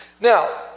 Now